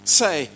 say